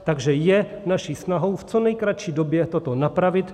Takže je naší snahou v co nejkratší době toto napravit.